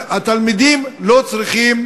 התלמידים לא צריכים,